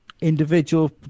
Individual